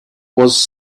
was